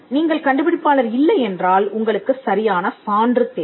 நீங்கள் கண்டுபிடிப்பாளர் இல்லை என்றால் உங்களுக்குச் சரியான சான்று தேவை